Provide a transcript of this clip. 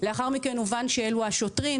לאחר מכן הובן שאלו השוטרים.